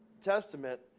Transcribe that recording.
Testament